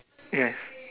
yes